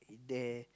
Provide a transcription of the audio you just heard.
there